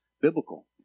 biblical